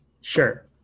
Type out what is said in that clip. sure